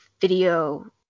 video